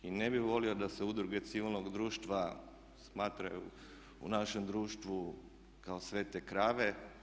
I ne bih volio da se udruge civilnog društva smatraju u našem društvu kao svete krave.